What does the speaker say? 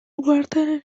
uhartearen